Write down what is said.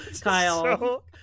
kyle